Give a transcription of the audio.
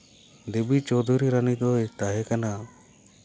ᱫᱮᱵᱤ Chaudhurani ᱫᱚᱭ ᱛᱟᱦᱮᱸ ᱠᱟᱱᱟ